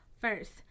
First